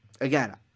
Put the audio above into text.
Again